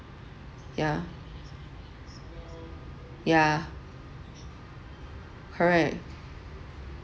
yeah yeah correct